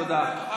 תודה.